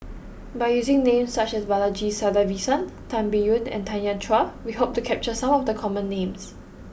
by using names such as Balaji Sadasivan Tan Biyun and Tanya Chua we hope to capture some of the common names